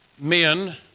men